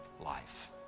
life